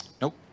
Nope